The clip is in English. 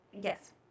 Yes